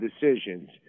decisions